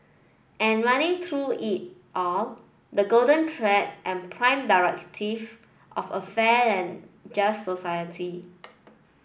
and running through it all the golden thread and prime directive of a fair and just society